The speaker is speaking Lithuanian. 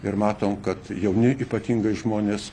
ir matom kad jauni ypatingai žmonės